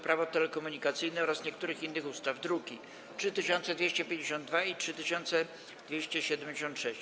Prawo telekomunikacyjne oraz niektórych innych ustaw (druki nr 3252 i 3276)